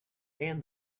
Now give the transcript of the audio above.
and